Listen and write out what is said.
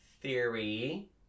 theory